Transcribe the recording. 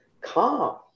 calm